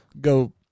Go